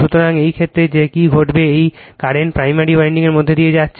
সুতরাং এই ক্ষেত্রে কি ঘটবে এই কারেন্ট প্রাইমারি উইন্ডিং এর মধ্য দিয়ে যাচ্ছে